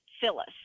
Phyllis